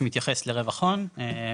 שמתייחס לרווח הון,